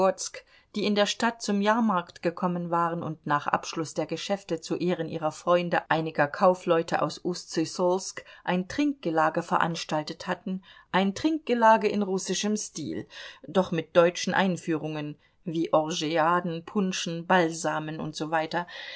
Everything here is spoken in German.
die in die stadt zum jahrmarkt gekommen waren und nach abschluß der geschäfte zu ehren ihrer freunde einiger kaufleute aus ustsyssolsk ein trinkgelage veranstaltet hatten ein trinkgelage in russischem stil doch mit deutschen einführungen wie orgeaden punschen balsamen usw